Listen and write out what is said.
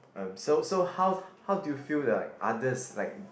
um so so how how do you feel the others like